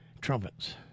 Trumpets